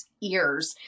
ears